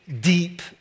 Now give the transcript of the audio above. deep